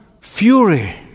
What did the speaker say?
fury